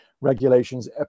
regulations